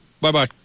Bye-bye